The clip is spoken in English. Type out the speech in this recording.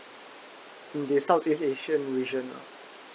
in the southeast asia region lah